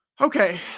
Okay